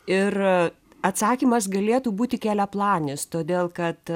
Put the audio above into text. ir atsakymas galėtų būti keliaplanis todėl kad